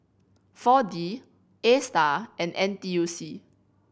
Four D Astar and N T U C